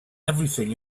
everything